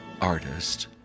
artist